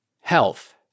Health